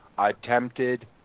Attempted